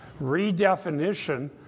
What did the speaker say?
redefinition